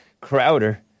Crowder